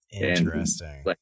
Interesting